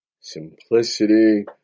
simplicity